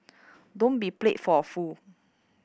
don't be played for a fool